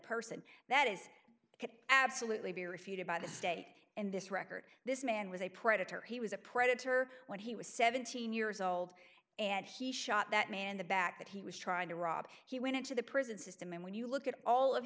person that is could absolutely be refuted by the state and this record this man was a predator he was a predator when he was seventeen years old and he shot that man the back that he was trying to rob he went into the prison system and when you look at all of